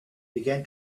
began